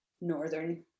northern